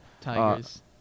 Tigers